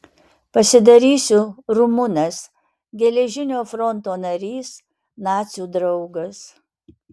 pasidarysiu rumunas geležinio fronto narys nacių draugas